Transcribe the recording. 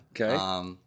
Okay